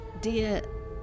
Dear